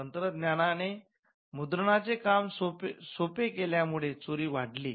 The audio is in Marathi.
तंत्रज्ञानाने मुद्रणाचे काम सोपे केल्या मुळे चोरी वाढली